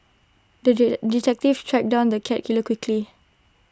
the detective tracked down the cat killer quickly